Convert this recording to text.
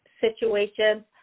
situations